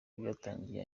byatangiriye